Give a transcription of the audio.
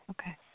Okay